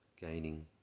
gaining